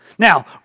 Now